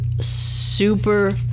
super